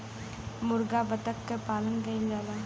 मुरगा बत्तख क पालन कइल जाला